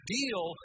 deal